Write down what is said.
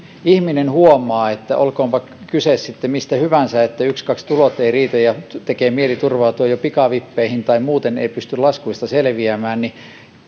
ihminen huomaa olkoonpa kyse sitten mistä hyvänsä että ykskaks tulot eivät riitä ja tekee mieli turvautua jo pikavippeihin tai muuten ei pysty laskuista selviämään niin